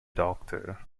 doctor